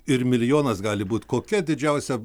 ir milijonas gali būt kokia didžiausia